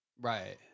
Right